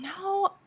No